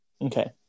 Okay